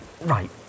Right